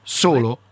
solo